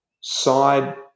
side